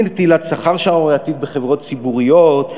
מנטילת שכר שערורייתי בחברות ציבוריות,